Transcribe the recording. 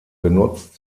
genutzt